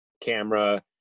camera